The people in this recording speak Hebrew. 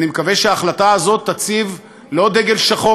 אני מקווה שההחלטה הזאת תציב לא דגל שחור